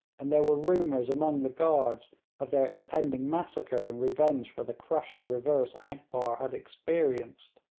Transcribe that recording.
and there were rumours among the guards of their impending massacre in revenge for the crushing reverse akbar had experienced.